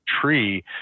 tree